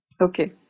okay